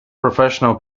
professional